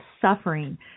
suffering